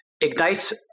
ignites